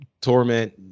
torment